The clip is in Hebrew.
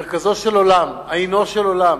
מרכזו של עולם, עינו של עולם.